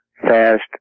fast